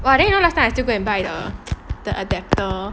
!wah! then you know last time I still go and buy the the adapter